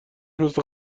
مثل